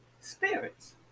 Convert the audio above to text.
spirits